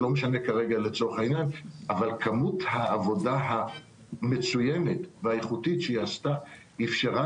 אבל כמות העבודה המצוינת והאיכותית שהיא עשתה אפשרה